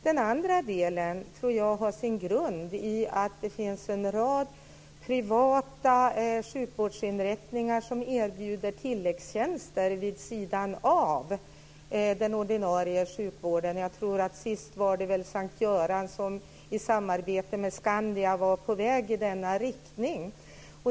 Den andra delen tror jag har sin grund i att det finns en rad privata sjukvårdsinrättningar som erbjuder tilläggstjänster vid sidan av den ordinarie sjukvården. Senast var det S:t Göran som i samarbete med Skandia var på väg i denna riktning.